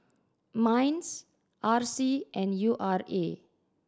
MINDS R C and U R A